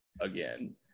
again